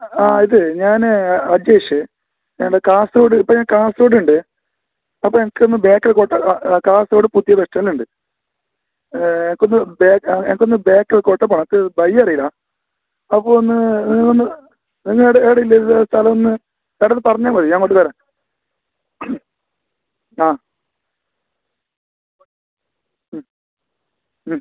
ആ ഇത് ഞാൻ അജേഷ് ഞാൻ കാസർഗോഡ് ഇപ്പം ഞാൻ കാസർഗോഡുണ്ട് അപ്പോൾ എനിക്കൊന്ന് ബേക്കൽ കോട്ട കാസർഗോഡ് പുതിയ ബസ്റ്റാൻ്റിലുണ്ട് എനിക്കൊന്ന് എനിക്കൊന്ന് ബേക്കൽ കോട്ട പോകണം എനിക്ക് വഴി അറിയില്ല അപ്പോൾ ഒന്ന് നിങ്ങൾ ഒന്ന് നിങ്ങൾ ഏടെയാ ഏടെയാ ഇല്ലെ സ്ഥലം എന്ന് അത് ഒന്ന് പറഞ്ഞാൽ മതി ഞാൻ അങ്ങോട്ട് വരാം ആ